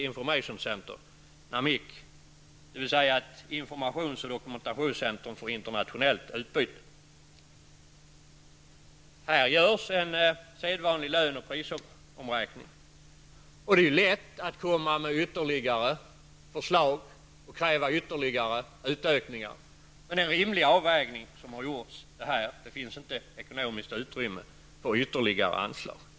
Det är ett informations och dokumentationscentrum för internationellt utbyte. Här görs en sedvanlig lönoch prisomräkning. Men det är naturligtvis lätt att lägga fram förslag om och kräva ytterligare utökningar. Här har dock gjorts en rimlig avvägning, och det finns inte ekonomiskt utrymme för ytterligare anslag.